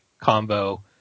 combo